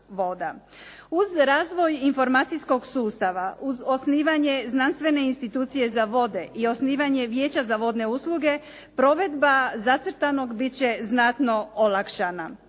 Uz razvoj informacijskog sustava uz osnivanje znanstvene institucije za vode i osnivanje vijeća za vodne usluge, provedba zacrtanog bit će znatno olakšana.